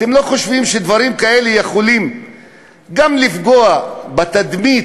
אתם לא חושבים שדברים כאלה יכולים גם לפגוע בתדמית